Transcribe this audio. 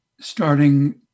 Starting